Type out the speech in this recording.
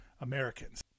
Americans